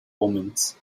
omens